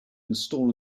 install